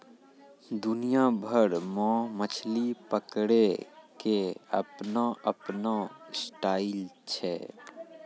दुनिया भर मॅ मछली पकड़ै के आपनो आपनो स्टाइल छै